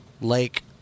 Lake